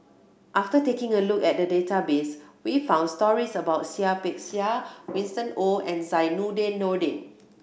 after taking a look at the database we found stories about Seah Peck Seah Winston Oh and Zainudin Nordin